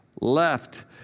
left